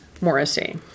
Morrissey